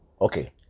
okay